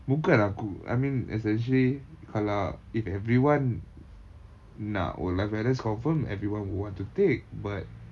buakn aku I mean essentially kalau if everyone nak work life balance confirm everyone would want to take but